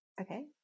Okay